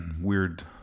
weird